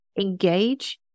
engage